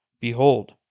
behold